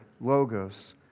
Logos